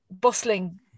bustling